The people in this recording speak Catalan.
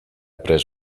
pres